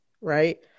right